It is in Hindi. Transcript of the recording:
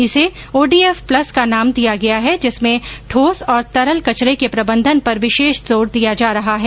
इसे ओडीएफ प्लस का नाम दिया गया है जिसमें ठोस और तरल कचरे के प्रबंधन पर विशेष जोर दिया जा रहा है